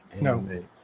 No